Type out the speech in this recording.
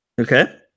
Okay